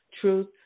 truth